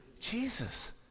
Jesus